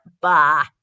Bah